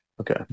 Okay